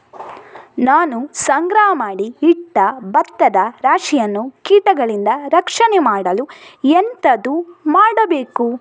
ನಾನು ಸಂಗ್ರಹ ಮಾಡಿ ಇಟ್ಟ ಭತ್ತದ ರಾಶಿಯನ್ನು ಕೀಟಗಳಿಂದ ರಕ್ಷಣೆ ಮಾಡಲು ಎಂತದು ಮಾಡಬೇಕು?